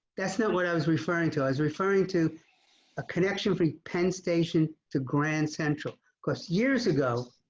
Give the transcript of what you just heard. that's not what i was referring to. i was referring to a connection free penn station to grand central costs, years ago.